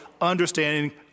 understanding